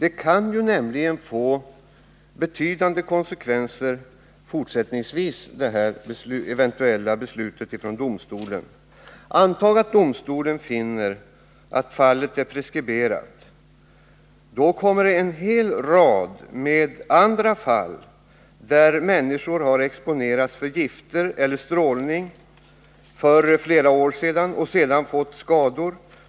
Ett eventuellt beslut av domstolen kan nämligen få betydande konsekvenser för framtiden. Antag att domstolen finner att fallet är preskribrerat. Då kommer mani en rad andra fall att kunna åberopa ett sådant utslag, fall där människar har exponerats för gifter eller strålning för flera år sedan och så småningom fått skador.